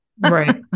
Right